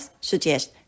suggest